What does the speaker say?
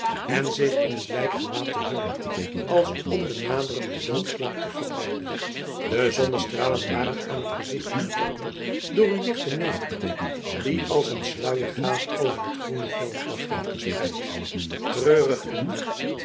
en zich in het lijkgewaad te hullen als om den naderenden doodsslaap te verbeiden de zonnestralen waren aan het gezicht onttrokken door een dichten neveldamp die als een sluiergaas over het groene veld lag heen gespreid treurig en naakt